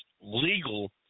legal